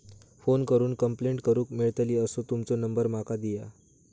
Phone करून complaint करूक मेलतली असो तुमचो नंबर माका दिया?